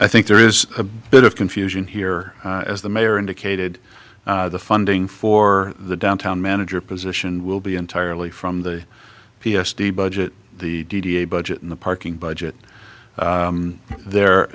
i think there is a bit of confusion here as the mayor indicated the funding for the downtown manager position will be entirely from the p s t budget the d d a budget in the parking budget there